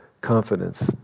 confidence